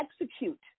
execute